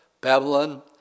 Babylon